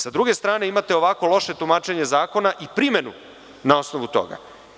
Sa druge strane imate ovako loše tumačenje zakona i primenu na osnovu toga.